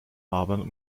abend